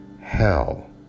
hell